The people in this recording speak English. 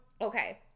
Okay